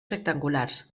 rectangulars